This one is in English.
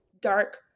dark